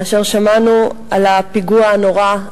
כאשר שמענו על הפיגוע הנורא,